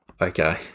Okay